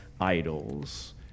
idols